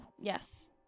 Yes